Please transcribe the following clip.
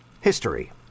History